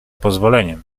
pozwoleniem